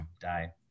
die